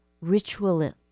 ritual